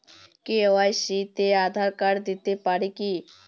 KYC তে Aadhaar card দিতে পারি কি?